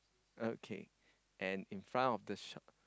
okay and in front of the shop